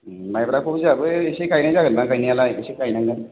माइब्राखौ जोंहाबो एसे गायनाय जागोन दां गायनायालाय एसे गायनांगोन